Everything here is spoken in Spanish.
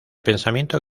pensamiento